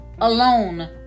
alone